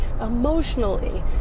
emotionally